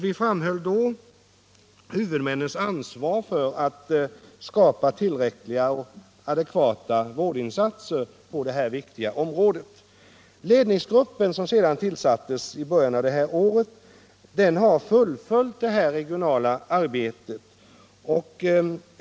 Vi framhöll då huvudmännens ansvar för tillräckliga och adekvata vårdinsatser på detta viktiga område. Ledningsgruppen, som sedan tillsattes i början av det här året, har fullföljt det regionala arbetet.